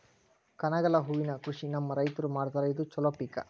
ಕನಗಲ ಹೂವಿನ ಕೃಷಿ ನಮ್ಮ ರೈತರು ಮಾಡತಾರ ಇದು ಚಲೋ ಪಿಕ